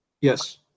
Yes